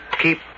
keep